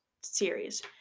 series